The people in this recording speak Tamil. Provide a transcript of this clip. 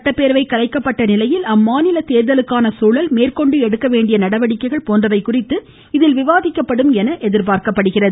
சட்டப்பேரவை கலைக்கப்பட்ட நிலையில் தெலுங்கானா அம்மாநில தேர்தலுக்கான சூழல் மேற்கொண்டு எடுக்க வேண்டிய நடவடிக்கைகள் போன்றவை குறித்து இதில் விவாதிக்கப்படும் என தெரிகிறது